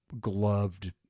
gloved